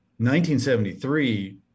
1973